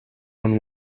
own